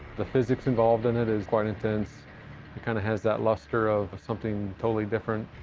the physics involved in it is quite intense it kind of has that luster of something totally different.